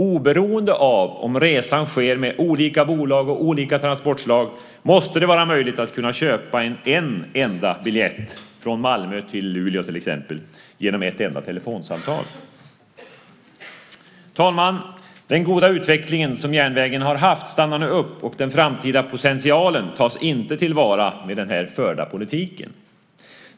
Oberoende av om resan sker med olika bolag och olika transportslag måste det vara möjligt att köpa en enda biljett från till exempel Malmö till Luleå genom ett enda telefonsamtal. Fru talman! Den goda utveckling som järnvägen har haft stannar nu upp, och den framtida potentialen tas inte till vara med den förda politiken.